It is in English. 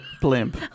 blimp